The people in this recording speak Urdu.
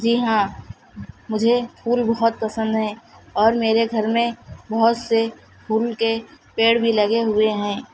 جی ہاں مجھے پھول بہت پسند ہیں اور میرے گھر میں بہت سے پھول کے پیڑ بھی لگے ہوئے ہیں